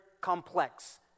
complex